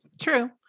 true